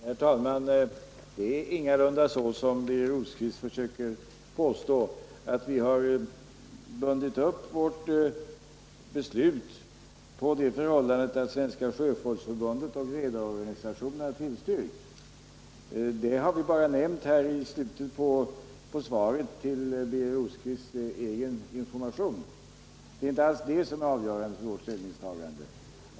Herr talman! Det är ingalunda som Birger Rosqvist påstår, att vi har bundit upp vårt beslut på det förhållandet att Svenska sjöfolksförbundet och redarorganisationerna har tillstyrkt. Det har jag bara nämnt i slutet på svaret för Birger Rosqvists egen information. Det är inte alls det som är avgörande för vårt ställningstagande.